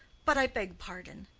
but i beg pardon.